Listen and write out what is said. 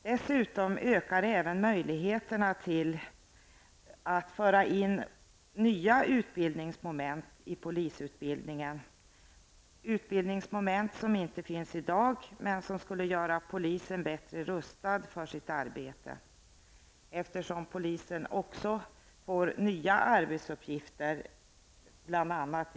Dessutom ökar även möjligheten att föra in nya utbildningsmoment i polisutbildningen som inte finns i dag men som skulle göra polisen bättre rustad för sitt arbete, eftersom polisen också får nya arbetsuppgifter bl.a.